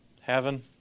Heaven